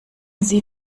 sie